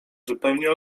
zupełnie